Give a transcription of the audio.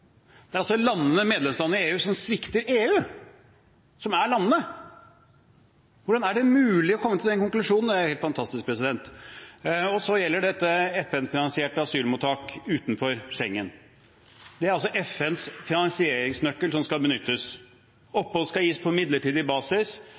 Det er altså medlemslandene i EU som svikter EU – som er landene. Hvordan er det mulig å komme til den konklusjonen? Det er jo helt fantastisk. Så gjelder det FN-finansierte asylmottak utenfor Schengen. Det er altså FNs finansieringsnøkkel som skal benyttes.